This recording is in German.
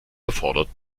erfordert